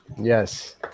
Yes